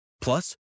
Plus